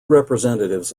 representatives